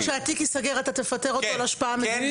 אז במקרה כזה שהתיק ייסגר אתה תפטר אותו על השפעה מזיקה?